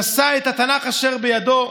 נושא את התנ"ך אשר בידו: